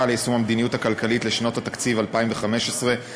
ליישום המדיניות הכלכלית לשנות התקציב 2015 ו-2016),